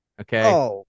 Okay